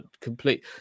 complete